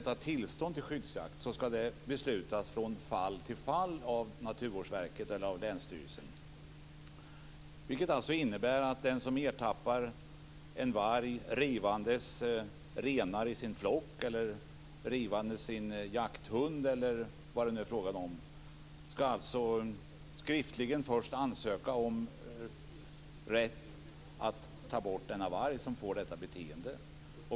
Tillstånd till skyddsjakt ska beslutas från fall till fall av Naturvårdsverket eller länsstyrelsen, vilket alltså innebär att den som ertappar en varg rivandes renar i sin flock eller sin jakthund eller vad det nu är fråga om först skriftligen ska ansöka om rätt att ta bort denna varg som har detta beteende.